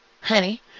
Honey